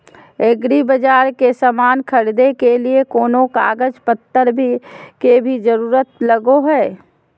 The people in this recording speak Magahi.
एग्रीबाजार से समान खरीदे के लिए कोनो कागज पतर के भी जरूरत लगो है?